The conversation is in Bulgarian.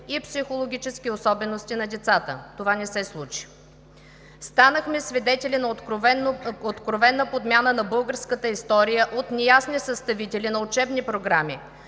и психологическите особености на децата. Това не се случи. Станахме свидетели на откровена подмяна на българската история от неясни съставители на учебни програми,